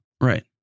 Right